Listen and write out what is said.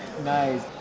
Nice